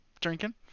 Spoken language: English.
drinking